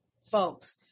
folks